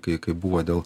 kai kai buvo dėl